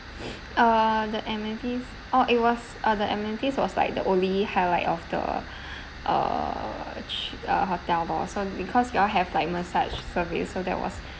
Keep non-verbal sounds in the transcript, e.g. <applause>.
<breath> uh the amenities oh it was uh the amenities was like the only highlight of the <breath> uh uh ch~ hotel lor because you all have like massage service so that was really good like it was